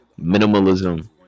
minimalism